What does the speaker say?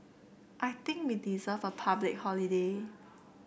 I think we deserve a public holiday